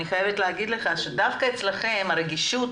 אני חייבת להגיד לך שדווקא אצלכם הרגישות